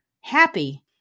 happy